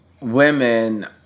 women